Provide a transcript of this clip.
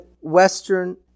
Western